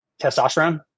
testosterone